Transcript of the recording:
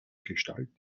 gestalt